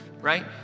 Right